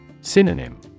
Synonym